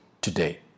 today